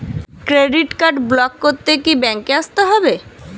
Credit card block করতে কি ব্যাংকে আসতে হবে?